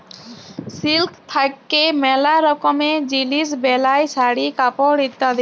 silk থাক্যে ম্যালা রকমের জিলিস বেলায় শাড়ি, কাপড় ইত্যাদি